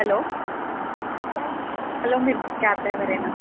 hello hello మీరు cab డ్రైవరేనా